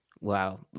Wow